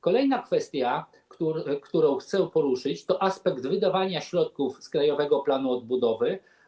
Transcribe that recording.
Kolejna kwestia, którą chcę poruszyć, to aspekt wydawania środków z Krajowego Planu Odbudowy.